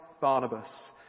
Barnabas